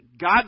God